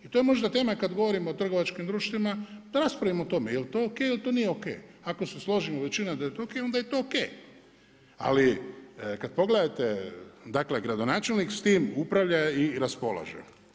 I to je možda tema kad govorim o trgovačkim društvima da raspravimo o tome jel' to o.k. ili to nije o.k. Ako se složimo većina da je to o.k. onda je to o.k. Ali kad pogledate, dakle gradonačelnik s tim upravlja i raspolaže.